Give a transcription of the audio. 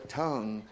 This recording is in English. tongue